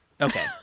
Okay